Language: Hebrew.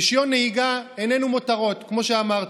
רישיון נהיגה איננו מותרות, כמו שאמרתי.